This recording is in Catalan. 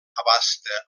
abasta